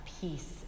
peace